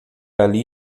ali